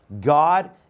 God